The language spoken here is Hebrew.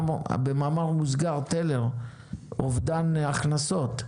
במאמר מוסגר יובל טלר, אובדן הכנסות.